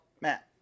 Matt